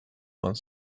one